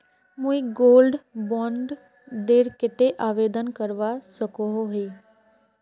मुई gold bond डेर केते आवेदन करवा सकोहो ही?